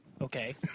Okay